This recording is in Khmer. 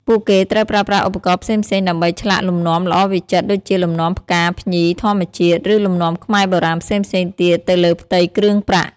ពួកគេត្រូវប្រើប្រាស់ឧបករណ៍ផ្សេងៗដើម្បីឆ្លាក់លំនាំល្អវិចិត្រ ដូចជាលំនាំផ្កា ភ្ញី ធម្មជាតិ ឬលំនាំខ្មែរបុរាណផ្សេងៗទៀតទៅលើផ្ទៃគ្រឿងប្រាក់។